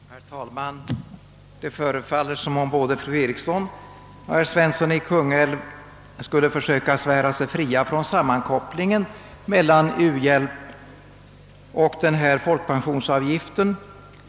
Herr talman! Det förefaller som om både fru Eriksson i Stockholm och herr Svensson i Kungälv vill försöka svära sig fria från sammankopplingen mellan u-hjälpen och den föreslagna höjningen av folkpensionsavgiften.